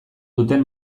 duten